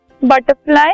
butterfly